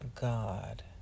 God